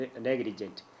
negligent